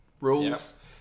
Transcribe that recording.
rules